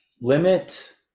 limit